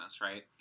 right